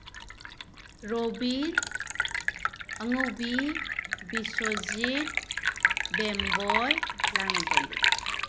ꯔꯣꯕꯤꯠ ꯑꯉꯧꯕꯤ ꯕꯤꯁꯣꯖꯤꯠ ꯕꯦꯝꯕꯣꯏ ꯂꯥꯡꯂꯦꯟꯇꯣꯝꯕꯤ